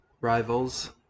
rivals